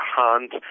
hunt